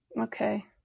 Okay